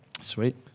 Sweet